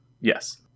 Yes